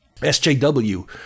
SJW